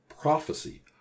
prophecy